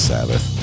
Sabbath